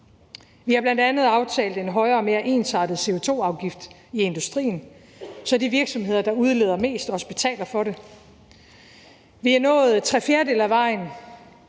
Vi har bl.a. aftalt en højere og mere ensartet CO2-afgift i industrien, så de virksomheder, der udleder mest, også betaler for det. Vi er nået tre fjerdedele af vejen